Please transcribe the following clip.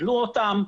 גידלו אותם.